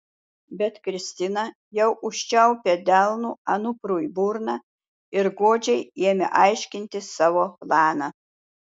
bet kristina jau užčiaupė delnu anuprui burną ir godžiai ėmė aiškinti savo planą